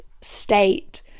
state